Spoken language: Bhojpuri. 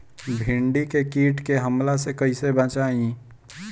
भींडी के कीट के हमला से कइसे बचाई?